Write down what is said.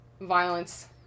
violence